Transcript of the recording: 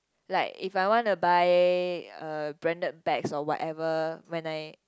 like if I want to buy uh branded bags or whatever when I